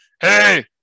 Hey